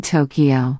Tokyo